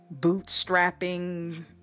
bootstrapping